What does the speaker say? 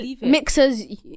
mixers